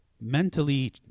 mentally